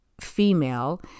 female